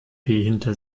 hinter